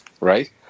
Right